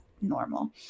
normal